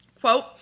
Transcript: Quote